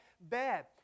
bad